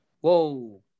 Whoa